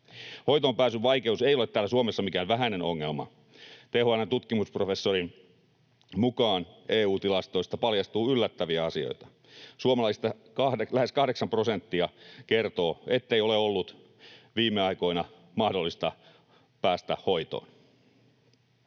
Hoitoonpääsyn vaikeus ei ole täällä Suomessa mikään vähäinen ongelma. THL:n tutkimusprofessorin mukaan EU-tilastoista paljastuu yllättäviä asioita. Suomalaisista lähes kahdeksan prosenttia kertoo, ettei ole ollut viime aikoina mahdollista päästä hoitoon.